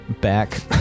back